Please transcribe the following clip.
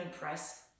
press